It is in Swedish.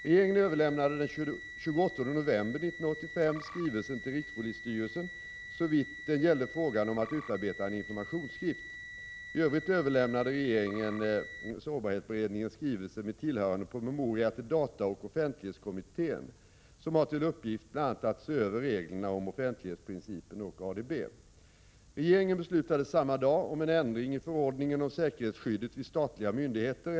Regeringen överlämnade den 28 november 1985 skrivelsen till rikspolisstyrelsen såvitt den gällde frågan om att utarbeta en informationsskrift. I övrigt överlämnade regeringen SÅRB:s skrivelse med tillhörande promemoria till dataoch offentlighetskommittén , som har till uppgift bl.a. att se över reglerna om offentlighetsprincipen och ADB. Regeringen beslutade samma dag om en ändring i förordningen om säkerhetsskyddet vid statliga myndigheter.